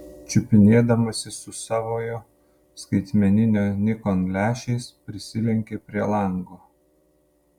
čiupinėdamasis su savojo skaitmeninio nikon lęšiais prisilenkė prie lango